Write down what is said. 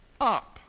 up